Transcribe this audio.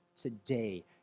today